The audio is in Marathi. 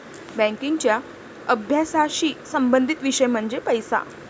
बँकिंगच्या अभ्यासाशी संबंधित विषय म्हणजे पैसा